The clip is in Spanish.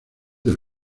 del